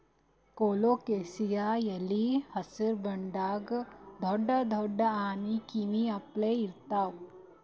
colocasia ಎಲಿ ಹಸ್ರ್ ಬಣ್ಣದ್ ದೊಡ್ಡ್ ದೊಡ್ಡ್ ಆನಿ ಕಿವಿ ಅಪ್ಲೆ ಇರ್ತವ್